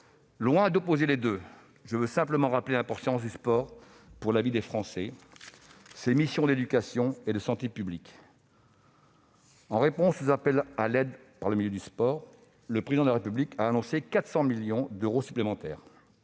Loin d'opposer les deux, je veux simplement rappeler l'importance du sport pour la vie des Français, ses missions d'éducation et de santé publique. En réponse aux appels à l'aide lancés par le milieu du sport, le Président de la République a annoncé 400 millions d'euros d'aides supplémentaires.